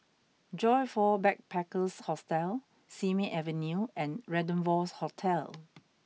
Joyfor Backpackers' Hostel Simei Avenue and Rendezvous Hotel